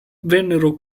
vennero